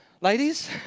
Ladies